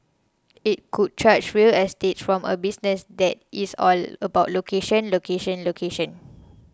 it could charge real estate from a business that is all about location location location